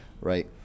right